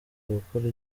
gukora